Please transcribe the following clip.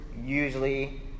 usually